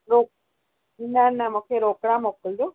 रोक न न मूंखे रोकड़ा मोकिलिजो